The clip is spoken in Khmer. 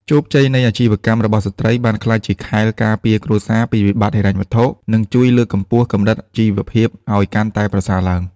ជោគជ័យនៃអាជីវកម្មរបស់ស្ត្រីបានក្លាយជាខែលការពារគ្រួសារពីវិបត្តិហិរញ្ញវត្ថុ និងជួយលើកកម្ពស់កម្រិតជីវភាពឱ្យកាន់តែប្រសើរឡើង។